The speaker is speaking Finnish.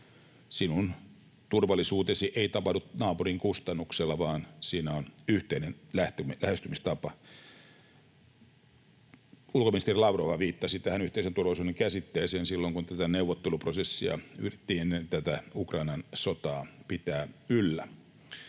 sinun turvallisuutesi ei tapahdu naapurin kustannuksella, vaan siinä on yhteinen lähestymistapa. Ulkoministeri Lavrov’han viittasi tähän yhteisen turvallisuuden käsitteeseen silloin, kun neuvotteluprosessia yritettiin ennen Ukrainan sotaa pitää